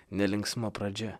nelinksma pradžia